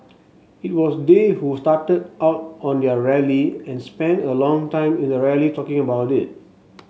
it was they who started out on their rally and spent a long time in the rally talking about it